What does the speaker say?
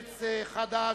חד"ש,